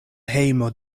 hejmo